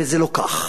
וזה לא כך.